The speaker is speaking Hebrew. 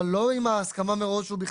אבל לא עם ההסכמה מראש או בכתב,